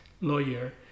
lawyer